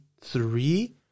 three